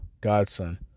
godson